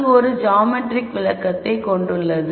அது ஒரு ஜாமெட்ரிக் விளக்கத்தைக் கொண்டுள்ளது